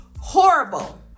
horrible